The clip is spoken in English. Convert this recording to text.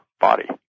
body